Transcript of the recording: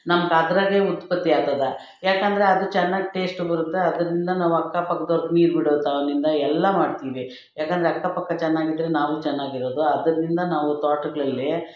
ನಮ್ಗೆ ಅದರಲ್ಲೇ ಉತ್ಪತ್ತಿಯಾಗ್ತದೆ ಏಕೆಂದ್ರೆ ಅದು ಚೆನ್ನಾಗಿ ಟೇಸ್ಟ್ ಬರುತ್ತೆ ಅದರಿಂದ ನಾವು ಅಕ್ಕ ಪಕ್ಕದವ್ರ್ಗೆ ನೀರು ಬಿಡೋದರಿಂದ ಎಲ್ಲ ಮಾಡ್ತೀವಿ ಏಕೆಂದ್ರೆ ಅಕ್ಕಪಕ್ಕ ಚೆನ್ನಾಗಿದ್ದರೆ ನಾವು ಚೆನ್ನಾಗಿರೋದು ಅದರಿಂದ ನಾವು ತೋಟಗಳಲ್ಲಿ